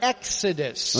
Exodus